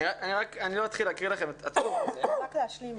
אני לא אתחיל להקריא לכם את הטור הזה --- רק להשלים.